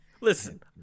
Listen